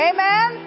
Amen